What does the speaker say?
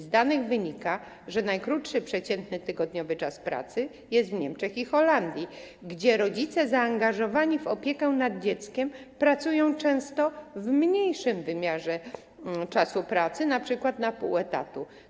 Z danych wynika, że najkrótszy przeciętny tygodniowy czas pracy jest w Niemczech i Holandii, gdzie rodzice zaangażowani w opiekę nad dzieckiem pracują często w mniejszym wymiarze czasu pracy, np. na pół etatu.